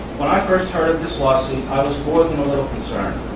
when i first heard of this lawsuit, i was more than a little concerned.